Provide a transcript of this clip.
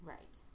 Right